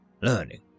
learning